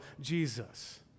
Jesus